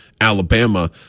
Alabama